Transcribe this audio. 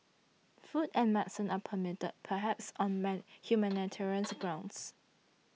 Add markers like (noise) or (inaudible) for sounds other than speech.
food and medicine are permitted perhaps on man (noise) humanitarians grounds